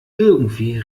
irgendwie